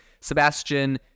Sebastian